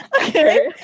Okay